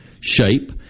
shape